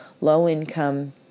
low-income